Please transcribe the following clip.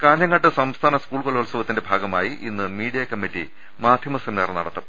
കാഞ്ഞങ്ങാട്ട് സംസ്ഥാന സ്കൂൾ കലോത്സവത്തിന്റെ ഭാഗമായി ഇന്ന് മീഡിയാ കമ്മറ്റി മാധൃമ സെമിനാർ നടത്തും